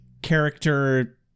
character